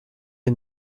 est